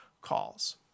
calls